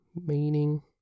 meaning